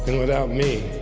without me